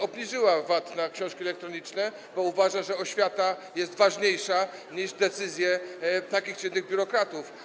Obniżyła VAT na książki elektroniczne, bo uważa, że oświata jest ważniejsza niż decyzje takich czy innych biurokratów.